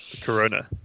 Corona